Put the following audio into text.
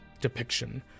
depiction